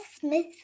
Smith